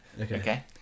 Okay